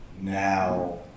Now